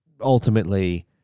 ultimately